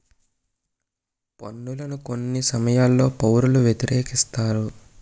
పన్నులను కొన్ని సమయాల్లో పౌరులు వ్యతిరేకిస్తారు